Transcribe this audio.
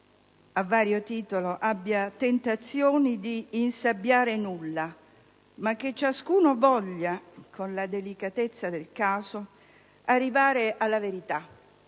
a vario titolo, abbia la tentazione di insabbiare nulla, ma che ciascuno voglia, con la delicatezza del caso, arrivare alla verità